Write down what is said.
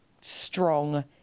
strong